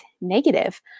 negative